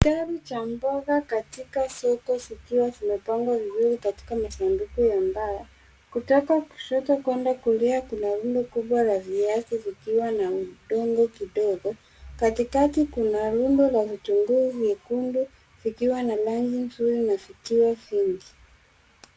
Sehemu ya mboga katika soko zimepangwa vizuri katika masanduku ya mbao. Kutoka kushoto kwenda kulia kuna rundo kubwa la viazi vikiwa na udongo kidogo. Katikati kuna rundo la kitunguu vyekundu vikiwa na rangi zuri na vikiwa vingi.